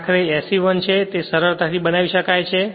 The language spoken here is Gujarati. જે આખરે SE1 છે તે સરળતાથી બનાવી શકાય છે